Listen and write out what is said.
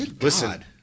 Listen